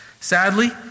Sadly